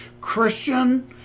Christian